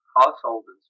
householders